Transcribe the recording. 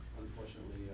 unfortunately